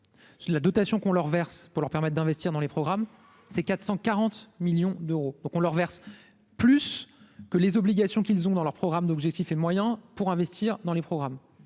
la dotation qu'on leur verse pour leur permettre d'investir dans les programmes, c'est 440 millions d'euros, donc on leur verse plus que les obligations qu'ils ont dans leur programme d'objectifs et de moyens pour investir dans les programmes